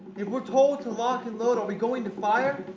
if we're told to lock and load, are we going to fire?